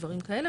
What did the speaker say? דברים כאלה,